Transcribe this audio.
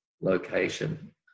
location